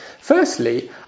Firstly